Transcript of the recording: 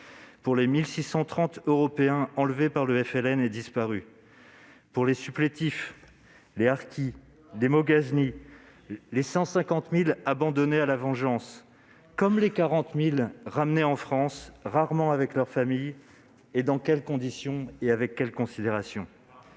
pour les 1 630 Européens enlevés par le FLN et disparus, pour les supplétifs, les harkis, les moghaznis ; pour les 150 000 personnes abandonnées à la vengeance comme pour les 40 000 ramenées en France, rarement avec leurs familles et dans quelles conditions, sans aucune considération ;